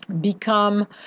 become